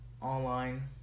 online